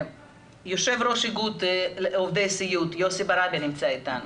יו"ר איגוד עובדי הסיעוד יוסי ברבי נמצא איתנו,